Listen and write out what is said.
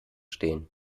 stehen